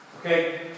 Okay